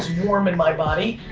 warm in my body.